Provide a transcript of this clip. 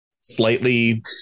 slightly